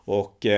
och